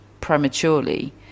prematurely